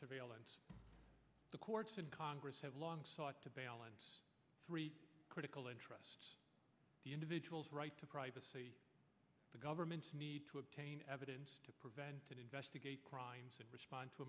surveillance the courts and congress have long sought to balance three critical entrust the individual's right to privacy the government's need to obtain evidence to prevent and investigate crimes and respond to